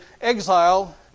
exile